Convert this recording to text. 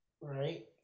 Right